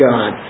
God